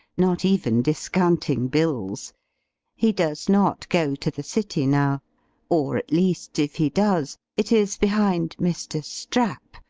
not even discounting bills he does not go to the city now or at least if he does, it is behind mr. strap,